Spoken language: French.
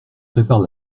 prépare